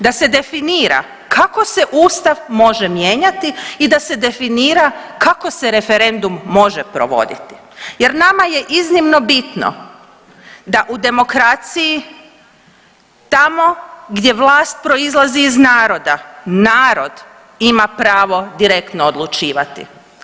Da se definira kako se Ustav može mijenjati i da se definira kako se referendum može provoditi jer nama je iznimno bitno da u demokraciji tamo gdje vlast proizlazi iz naroda, narod ima pravo direktno odlučivati.